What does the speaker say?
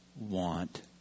want